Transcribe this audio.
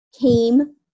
came